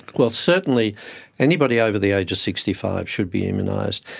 well certainly anybody over the age of sixty five should be immunised.